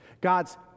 God's